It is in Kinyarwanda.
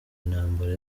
intambara